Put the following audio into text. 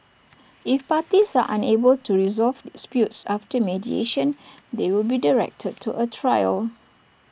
if parties are unable to resolve disputes after mediation they will be directed to A trial